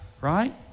right